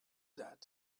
that